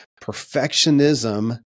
perfectionism